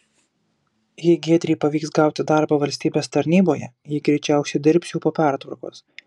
jei giedrei pavyks gauti darbą valstybės tarnyboje ji greičiausiai dirbs jau po pertvarkos